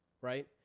right